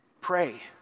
pray